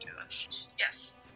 yes